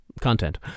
content